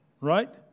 Right